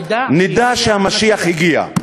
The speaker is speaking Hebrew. נדע שהמשיח הגיע.